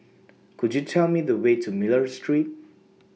Could YOU Tell Me The Way to Miller Street